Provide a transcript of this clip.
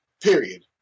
Period